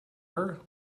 her